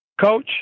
Coach